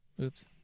Oops